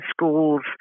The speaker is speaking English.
schools